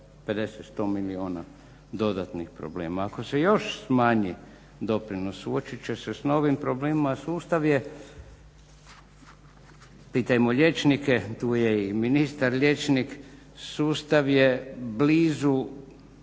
50, 100 milijuna dodatnih problema. Ako se još smanji doprinos suočit će se s novim problemima, a sustav je pitajmo liječnike, tu je i ministar liječnik, sustav je blizu